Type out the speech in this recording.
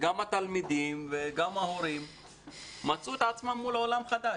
התלמידים וההורים מצאו עצמם בעולם חדש.